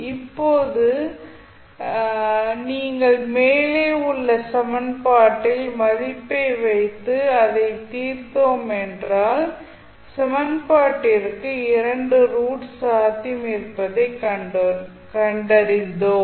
இப்போது நீங்கள் மேலே உள்ள சமன்பாட்டில் மதிப்பை வைத்து அதை தீர்த்தோம் என்றால் சமன்பாட்டிற்கு 2 ரூட்ஸ் சாத்தியம் இருப்பதை கண்டறிந்தோம்